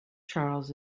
charles